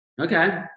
Okay